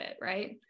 Right